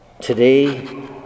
Today